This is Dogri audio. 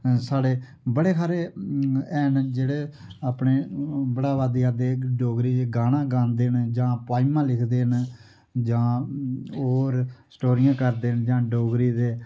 साढ़े बडे़ सारे ऐन जेहडे़ अपने बढ़ाबा देआ रा दे डोगरी च गाना गांदे ना जा पोइमा लिक्खदे ना जां और स्टोरिया करदे ना जां डोगरी दे